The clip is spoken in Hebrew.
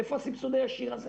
איפה הסבסוד הישיר הזה?